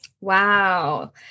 Wow